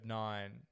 nine